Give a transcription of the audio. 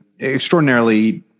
extraordinarily